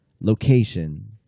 Location